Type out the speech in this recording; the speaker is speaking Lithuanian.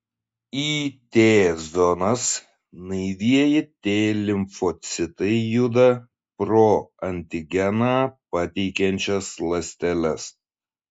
į t zonas naivieji t limfocitai juda pro antigeną pateikiančias ląsteles